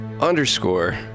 underscore